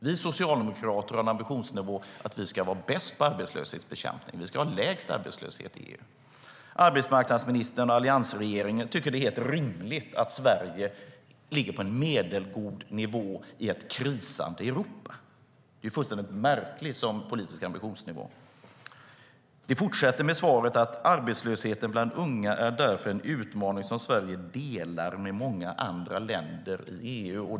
Vi socialdemokrater har en ambitionsnivå som innebär att vi ska vara bäst på arbetslöshetsbekämpning. Vi ska ha lägst arbetslöshet i EU. Arbetsmarknadsministern och alliansregeringen tycker att det är helt rimligt att Sverige ligger på en medelgod nivå i ett krisande Europa. Det är en märklig politisk ambitionsnivå. Svaret fortsätter med att arbetslösheten bland unga är en utmaning som Sverige delar med många andra länder i EU.